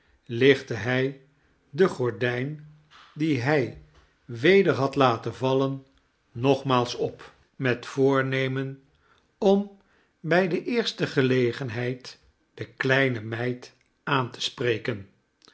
lichtte hij de gordijn die hij weder had laten vallen nogmaals op met voornemen om bij de eerste gelegenheid de kleine meid aan te spreken